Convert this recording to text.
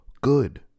Good